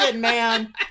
man